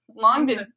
London